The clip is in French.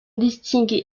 distingue